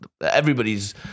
Everybody's